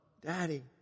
Daddy